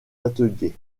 ateliers